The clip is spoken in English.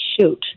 Shoot